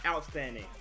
Outstanding